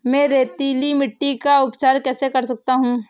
मैं रेतीली मिट्टी का उपचार कैसे कर सकता हूँ?